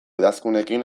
idazkunekin